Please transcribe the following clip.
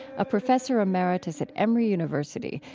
a professor emeritus at emory university,